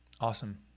Awesome